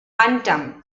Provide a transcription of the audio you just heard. bantam